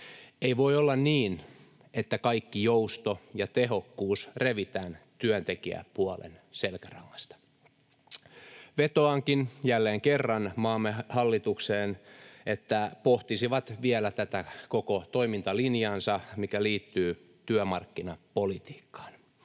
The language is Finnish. Ei voi olla niin, että kaikki jousto ja tehokkuus revitään työntekijäpuolen selkärangasta. Vetoankin jälleen kerran maamme hallitukseen, että pohtisivat vielä tätä koko toimintalinjaansa, mikä liittyy työmarkkinapolitiikkaan.